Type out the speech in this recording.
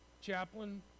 Chaplain